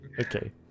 Okay